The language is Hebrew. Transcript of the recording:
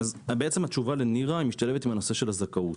התשובה לנירה משתלבת עם נושא הזכאות.